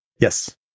yes